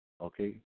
okay